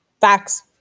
Facts